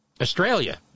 Australia